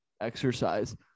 exercise